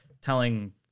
telling